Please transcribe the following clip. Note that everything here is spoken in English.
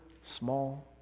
small